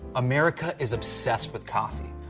america is obsessed with coffee.